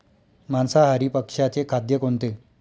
मांसाहारी पक्ष्याचे खाद्य कोणते?